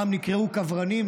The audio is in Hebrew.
פעם הם נקראו כוורנים,